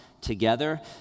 together